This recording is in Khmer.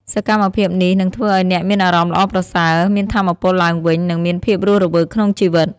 សកម្មភាពនេះនឹងធ្វើឲ្យអ្នកមានអារម្មណ៍ល្អប្រសើរ មានថាមពលឡើងវិញ និងមានភាពរស់រវើកក្នុងជីវិត។